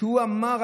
שהוא אמר,